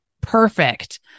perfect